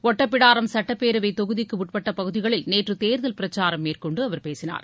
ஒட்டப்பிடாரம் சட்டப்பேரவை தொகுதிக்குட்பட்ட பகுதிகளில் நேற்று தேர்தல் பிரச்சாரம் மேற்கொண்டு அவர் பேசினார்